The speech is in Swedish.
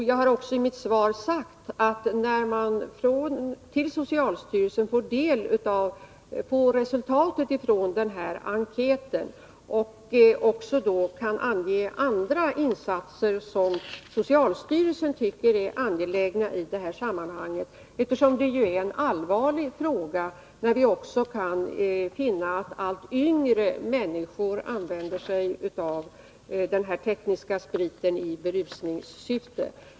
Jag har också sagt i mitt svar att när socialstyrelsen får resultatet av enkätundersökningen klart kan styrelsen ange andra insatser som den tycker är angelägna. Detta är en allvarlig fråga, eftersom vi kan finna att allt yngre människor använder teknisk sprit i berusningssyfte.